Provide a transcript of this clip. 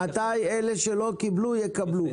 מתי אלה שלא קיבלו יקבלו?